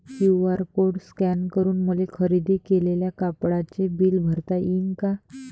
QR code scan करून मले खरेदी केलेल्या कापडाचे बिल भरता यीन का?